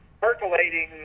percolating